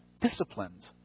disciplined